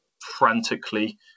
frantically